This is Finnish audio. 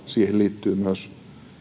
siihen liittyy myös